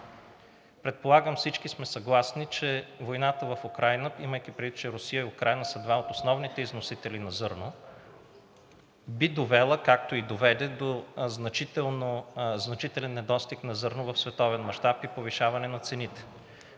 Предполагам, всички сме съгласни, че войната в Украйна, имайки предвид, че Русия и Украйна са две от основните износителки на зърно, би довела, както и доведе, до значителен недостиг на зърно в световен мащаб и повишаване на цените.